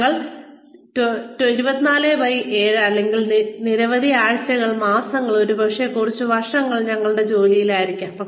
ഞങ്ങൾ 247 അല്ലെങ്കിൽ നിരവധി ആഴ്ചകൾ മാസങ്ങൾ ഒരുപക്ഷേ കുറച്ച് വർഷങ്ങൾ ഞങ്ങളുടെ ജോലിയിലായിരിക്കാം